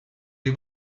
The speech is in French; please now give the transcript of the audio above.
les